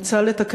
התשע"ג